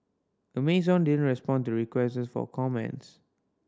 Amazon didn't respond to requests for comments